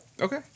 Okay